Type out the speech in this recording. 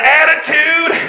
attitude